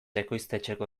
ekoiztetxeko